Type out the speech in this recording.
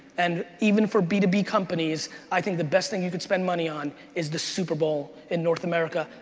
and even for b two b companies i think the best thing you could spend money on is the super bowl in north america,